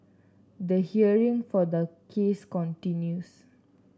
the hearing for the case continues